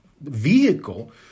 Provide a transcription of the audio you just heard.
Vehicle